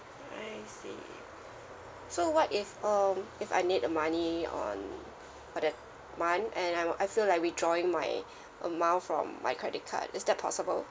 I see so what if um if I need the money on for the month and I'm I feel like withdrawing my amount from my credit card is that possible